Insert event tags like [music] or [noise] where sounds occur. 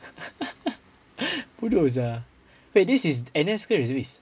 [laughs] bodoh sia wait this is N_S ke reservist